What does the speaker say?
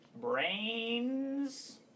brains